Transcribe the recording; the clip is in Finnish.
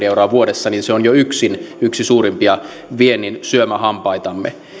euroa vuodessa niin se on jo yksin yksi suurimpia viennin syömähampaitamme